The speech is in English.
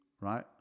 right